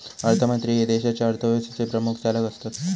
अर्थमंत्री हे देशाच्या अर्थव्यवस्थेचे प्रमुख चालक असतत